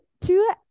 two